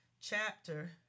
chapter